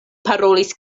parolis